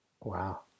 Wow